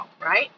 right